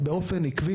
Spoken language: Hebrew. באופן עקבי,